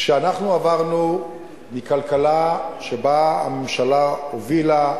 כשאנחנו עברנו מכלכלה שבה הממשלה הובילה,